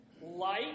Light